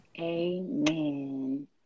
Amen